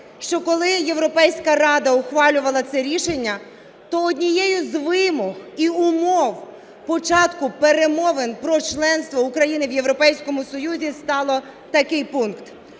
що коли Європейська рада ухвалювала це рішення, то однією з вимог і умов початку перемовин про членство України в Європейському Союзі став такий пункт: